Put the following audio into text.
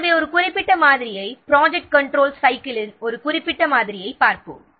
இப்போது ஒரு குறிப்பிட்ட ப்ராஜெக்ட் கன்ட்ரோல் சைக்கிளின் மாதிரியைப் பார்ப்போம்